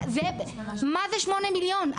די ריקה ומה זה שמונה מיליון?